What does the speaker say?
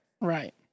Right